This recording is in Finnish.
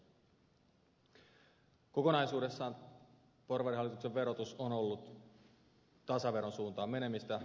kokonaisuudessaan porvarihallituksen verotus on ollut tasaveron suuntaan menemistä